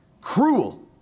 cruel